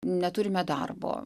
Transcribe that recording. neturime darbo